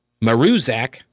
Maruzak